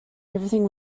everything